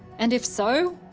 and if so,